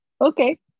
okay